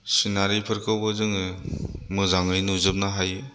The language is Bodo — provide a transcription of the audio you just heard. सिनारिफोरखौबो जोङो मोजाङै नुजोबनो हायो